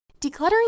Decluttering